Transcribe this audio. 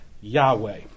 Yahweh